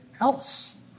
else